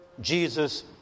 Jesus